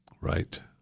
Right